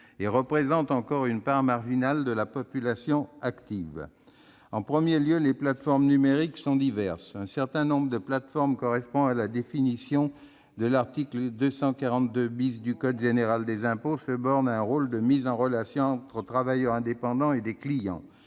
et représente encore une part marginale de la population active. En premier lieu, les plateformes numériques sont diverses. Un certain nombre de plateformes, correspondant à la définition de l'article 242 du code général des impôts, se bornent à un rôle de mise en relation entre des travailleurs indépendants et des clients.